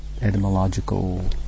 etymological